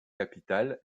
capitale